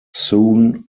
soon